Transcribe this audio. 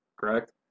correct